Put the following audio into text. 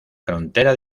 frontera